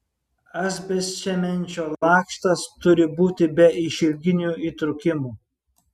asbestcemenčio lakštas turi būti be išilginių įtrūkimų